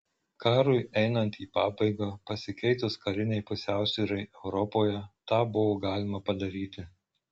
karui einant į pabaigą pasikeitus karinei pusiausvyrai europoje tą buvo galima padaryti